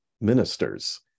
ministers